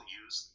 use